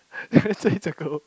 let say is a girl